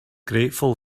grateful